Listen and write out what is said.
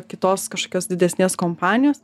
kitos kažkokios didesnės kompanijos